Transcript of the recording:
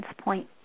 point